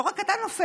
לא רק אתה נופל,